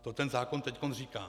To ten zákon teď říká.